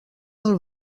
del